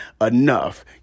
enough